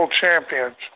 champions